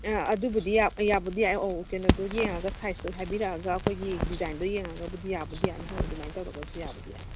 ꯑꯥ ꯑꯗꯨꯕꯨꯗꯤ ꯌꯥꯕꯨꯗꯤ ꯌꯥꯏ ꯑꯣ ꯀꯩꯅꯣꯗꯣ ꯌꯦꯡꯉꯒ ꯁꯥꯏꯖꯇꯨ ꯍꯥꯏꯕꯤꯔꯛꯑꯒ ꯑꯩꯈꯣꯏꯒꯤ ꯗꯤꯖꯥꯏꯟꯗꯨ ꯌꯦꯡꯉꯒꯕꯨꯗꯤ ꯌꯥꯕꯨꯗꯤ ꯌꯥꯅꯤ ꯍꯣꯏ ꯑꯗꯨꯃꯥꯏꯅ ꯇꯧꯔꯒꯕꯨꯗꯤ ꯌꯥꯕꯨꯗꯤ ꯌꯥꯅꯤ